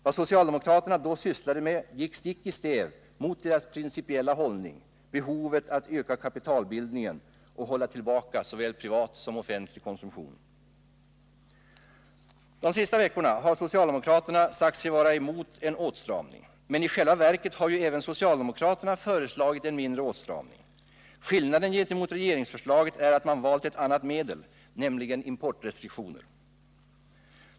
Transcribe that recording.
Vad socialdemokraterna då sysslade med gick stick i stäv mot deras principiella hållning: att man behöver öka kapitalbildningen och hålla tillbaka såväl privat som offentlig konsumtion. De sista veckorna har socialdemokraterna sagt sig vara emot en åtstramning. I själva verket har ju även socialdemokraterna föreslagit en mindre åtstramning. Skillnaden gentemot regeringsförslaget är att man valt ett annat medel, nämligen importrestriktioner.